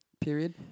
period